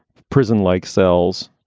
prison like cells.